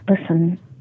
Listen